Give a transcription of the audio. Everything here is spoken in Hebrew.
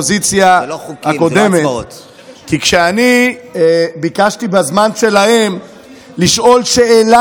כי אם כבר הוא נמצא כאן אז מנצלים את זה שאפשר לשאול אותו.